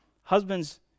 Husbands